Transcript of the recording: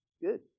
Good